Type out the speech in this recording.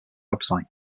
website